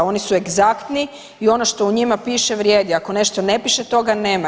Oni su egzaktni i ono što u njima piše vrijedi, ako nešto ne piše toga nema.